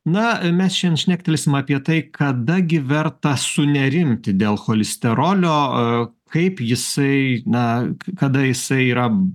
na mes šiandien šnektelsim apie tai kada gi verta sunerimti dėl cholesterolio kaip jisai na kada jisai yra